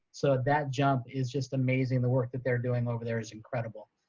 so that jump is just amazing. the work that they're doing over there is incredible.